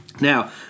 Now